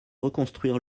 reconstruire